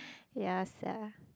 yea sia